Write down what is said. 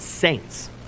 saints